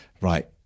right